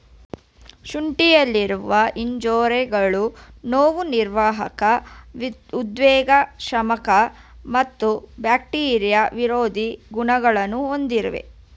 ಶುಂಠಿಯಲ್ಲಿರುವ ಜಿಂಜೆರೋಲ್ಗಳು ನೋವುನಿವಾರಕ ಉದ್ವೇಗಶಾಮಕ ಮತ್ತು ಬ್ಯಾಕ್ಟೀರಿಯಾ ವಿರೋಧಿ ಗುಣಗಳನ್ನು ಹೊಂದಿವೆ